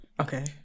Okay